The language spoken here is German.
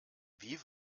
wie